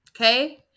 Okay